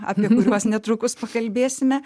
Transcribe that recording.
apie kuriuos netrukus pakalbėsime